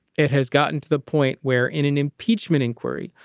it has gotten to the point where in an impeachment inquiry,